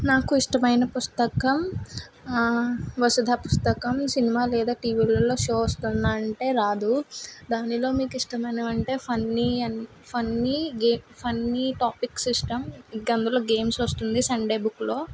నాకు ఇష్టమైన పుస్తకం వసుదా పుస్తకం సినిమా లేదా టీవీలలో షో వస్తుందా అంటే రాదు దానిలో మీకు ఇష్టమైనవి అంటే ఫన్నీ ఫన్నీ గే ఫన్నీ టాపిక్స్ ఇష్టం ఇంకా అందులో గేమ్స్ వస్తుంది సండే బుక్లో